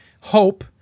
Hope